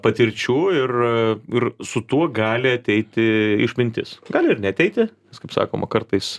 patirčių ir ir su tuo gali ateiti išmintis gali ir neateiti nes kaip sakoma kartais